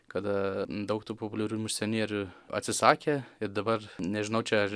kada daug tų populiarių misionierių atsisakė ir dabar nežinau čia ar